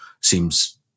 seems